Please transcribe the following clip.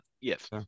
yes